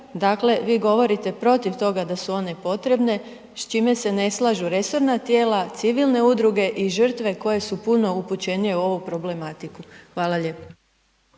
dakle vi govorite protiv toga da su one potrebne s čime se ne slažu resorna tijela, civilne udruge i žrtve koje su puno upućenije u ovu problematiku. Hvala lijepo.